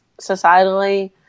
societally